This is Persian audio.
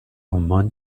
عمان